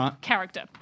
character